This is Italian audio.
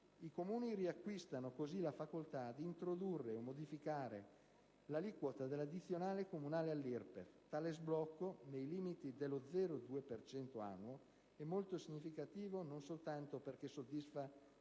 i Comuni riacquistano la facoltà di introdurre o modificare l'aliquota dell'addizionale comunale all'IRPEF. Tale sblocco (nei limiti dello 0,2 per cento annuo), è molto significativo non soltanto perché soddisfa